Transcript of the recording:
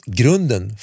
grunden